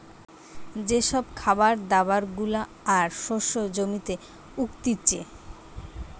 যে সব খাবার দাবার গুলা আর শস্য জমিতে উগতিচে